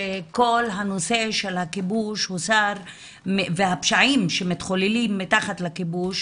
שכל הנושא של הכיבוש והפשעים שמתחוללים מתחת לכיבוש,